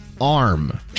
arm